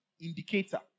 indicator